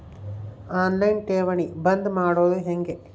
On line ಠೇವಣಿ ಬಂದ್ ಮಾಡೋದು ಹೆಂಗೆ?